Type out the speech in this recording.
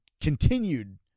continued